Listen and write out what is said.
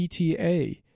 ETA